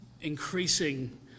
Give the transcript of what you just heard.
increasing